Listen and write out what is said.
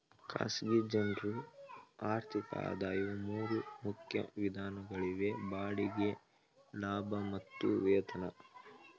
ಖಾಸಗಿ ಜನ್ರು ಆರ್ಥಿಕ ಆದಾಯವು ಮೂರು ಮುಖ್ಯ ವಿಧಗಳಾಗಿವೆ ಬಾಡಿಗೆ ಲಾಭ ಮತ್ತು ವೇತನ